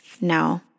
No